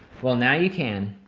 well now you can.